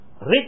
rich